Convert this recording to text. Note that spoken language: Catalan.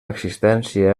existència